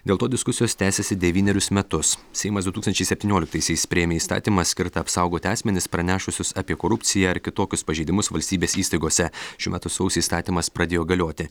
dėl to diskusijos tęsėsi devynerius metus seimas du tūkstančiai septynioliktaisiais priėmė įstatymą skirtą apsaugoti asmenis pranešusius apie korupciją ar kitokius pažeidimus valstybės įstaigose šių metų sausį įstatymas pradėjo galioti